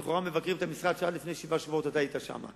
לכאורה מבקרים את המשרד שעד לפני שבעה שבועות היית שם.